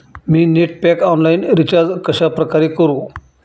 मी net pack online recharge कशाप्रकारे करु?